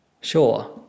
Sure